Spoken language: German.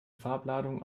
farbladung